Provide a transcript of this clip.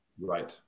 Right